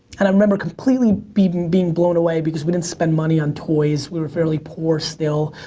and i remember completely being being blown away because we didn't spend money on toys. we were fairly poor still,